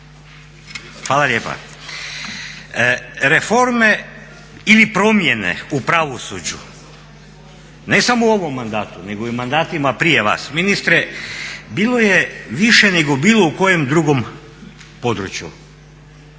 Hvala lijepa. Reforme ili promjene u pravosuđu, ne samo u ovom mandatu nego i u mandatima prije vas. Ministre bilo je više nego u bilo kojem drugom području.